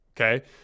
okay